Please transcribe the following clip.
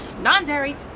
non-dairy